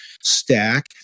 stack